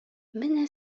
менә